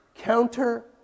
Counter